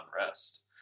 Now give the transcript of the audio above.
unrest